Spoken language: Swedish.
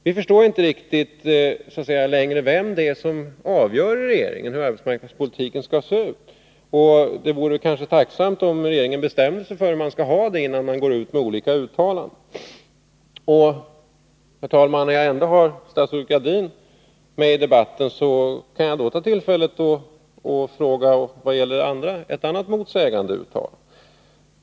Vi förstår inte riktigt vem i regeringen det är som avgör hur arbetsmarknadspolitiken skall se ut. Det vore tacksamt om regeringen bestämde sig för hur den skall ha det, innan statsråd gör olika uttalanden. Herr talman! Eftersom statsrådet Gradin ändå deltar i debatten kan jag ta tillfället i akt och fråga henne om ett annat motsägelsefullt uttalande.